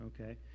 okay